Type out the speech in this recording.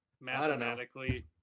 Mathematically